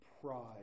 pride